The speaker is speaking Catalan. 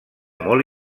molt